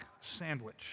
sandwich